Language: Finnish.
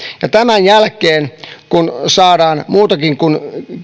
ja tämän jälkeen kun saadaan muutakin kuin